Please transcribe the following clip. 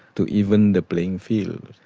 to even the playing field.